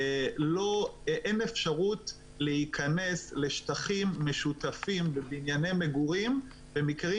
אין אפשרות להיכנס לשטחים משותפים בבנייני מגורים במקרים